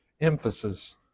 emphasis